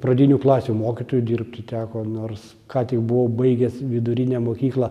pradinių klasių mokytoju dirbti teko nors ką tik buvau baigęs vidurinę mokyklą